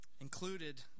Included